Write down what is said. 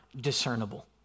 discernible